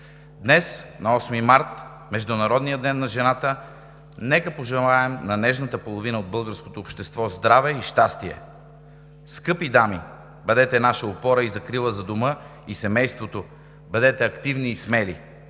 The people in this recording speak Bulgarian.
Днес на Осми март, Международния ден на жената, нека пожелаем на нежната половина от българското общество здраве и щастие! Скъпи дами, бъдете наша опора и закрила за дома и семейството! Бъдете активни и смели!